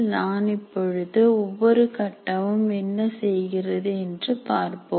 நான் இப்பொழுது ஒவ்வொரு கட்டமும் என்ன செய்கிறது என்று பார்ப்போம்